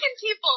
people